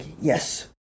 yes